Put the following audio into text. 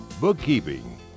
bookkeeping